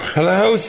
Hello